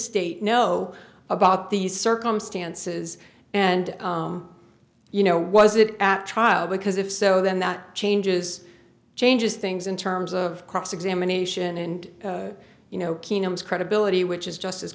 state know about these circumstances and you know was it at trial because if so then that changes changes things in terms of cross examination and you know keynotes credibility which is just as